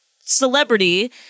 celebrity